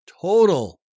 total